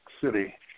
City